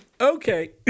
Okay